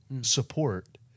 support